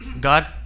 God